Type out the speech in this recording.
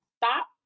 Stop